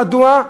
מדוע?